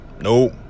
Nope